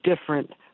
different